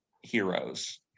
heroes